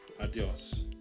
Adios